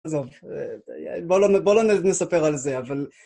עזוב, בוא לא בוא לא נספר על זה, אבל...